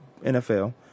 NFL